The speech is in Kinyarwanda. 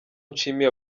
nshimiye